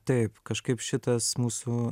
taip kažkaip šitas mūsų